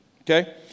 Okay